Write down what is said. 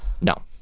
No